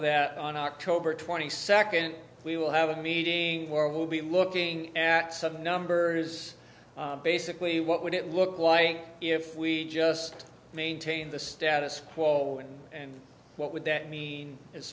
that on october twenty second we will have a meeting or will be looking at some numbers basically what would it look like if we just maintain the status quo and what would that mean as